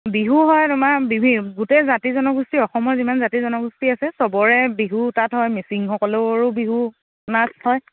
বিহু হয় তোমাৰ গোটেই জাতি জনগোষ্ঠী অসমৰ যিমান জাতি জনগোষ্ঠী আছে চবৰে বিহু তাত হয় মিচিংসকলৰো বিহু নাচ হয়